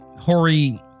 Hori